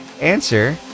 answer